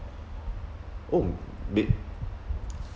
oh meet